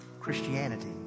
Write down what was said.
Christianity